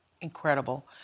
incredible